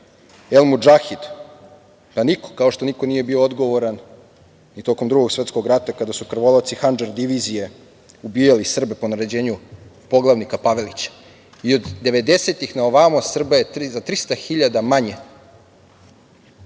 El Mudžahid? Niko, kao što niko nije bio odgovoran ni tokom Drugog svetskog rata kada su krvoloci Handžar divizije ubijali Srbe po naređenju poglavnika Pavelića. Od devedeseti, na ovamo, Srba je za 300 hiljada manje